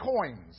coins